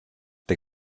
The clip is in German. der